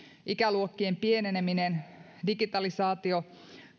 ikäluokkien pieneneminen vaan digitalisaatio